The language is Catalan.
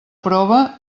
prova